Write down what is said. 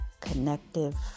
Connective